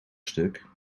stuk